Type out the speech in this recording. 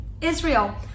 Israel